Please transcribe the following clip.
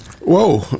Whoa